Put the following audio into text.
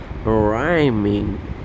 rhyming